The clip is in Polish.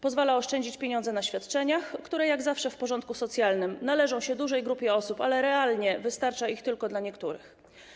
Pozwala oszczędzić pieniądze na świadczeniach, które jak zawsze w porządku socjalnym należą się dużej grupie osób, ale realnie wystarcza ich tylko dla niektórych.